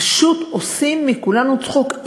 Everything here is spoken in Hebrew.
פשוט עושים מכולנו צחוק.